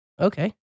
Okay